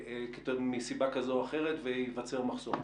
מסיבה כזו או אחרת וייווצר מחסור?